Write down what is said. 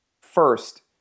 First